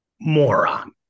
moron